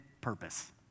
purpose